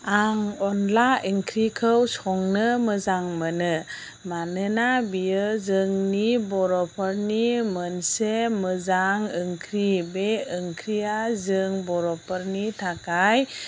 आं अनला ओंख्रिखौ संनो मोजां मोनो मानोना बियो जोंनि बर'फोरनि मोनसे मोजां ओंख्रि बे ओंख्रिया जों बर'फोरनि थाखाय